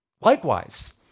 Likewise